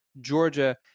Georgia